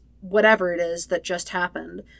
whatever-it-is-that-just-happened